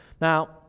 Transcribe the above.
Now